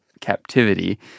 captivity